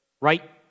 right